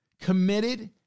committed